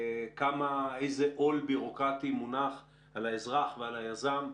איזה עול בירוקרטי מונח על האזרח ועל היזם,